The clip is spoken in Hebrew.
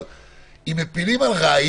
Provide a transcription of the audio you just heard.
אבל מפילים אדם על ראיון,